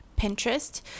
Pinterest